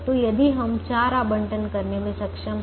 तो यदि हम चार आवंटन करने में सक्षम हैं